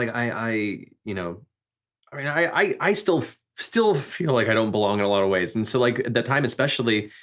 i you know i mean i still still feel like i don't belong in a lot of ways, and so like that time especially,